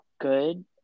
good